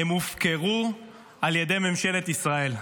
הם הופקרו על ידי ממשלת ישראל.